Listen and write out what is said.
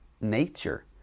nature